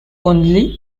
only